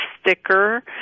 sticker